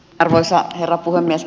arvoisa herra puhemies